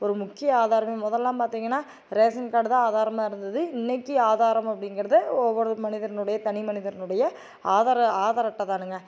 ஒரு முக்கிய ஆதாரமே முதலெலாம் பார்த்தீங்கன்னா ரேசன் கார்டு தான் ஆதாரமாக இருந்தது இன்றைக்கி ஆதாரம் அப்படிங்கிறது ஒவ்வொரு மனிதனுடைய தனி மனிதனுடைய ஆதார ஆதார் அட்டை தானுங்க